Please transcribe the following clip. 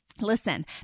Listen